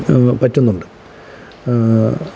പറ്റുന്നുണ്ട്